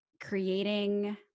creating